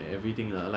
you got no choice